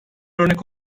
örnek